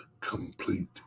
complete